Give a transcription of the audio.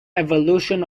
evolution